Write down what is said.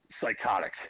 psychotic